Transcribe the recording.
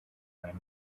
went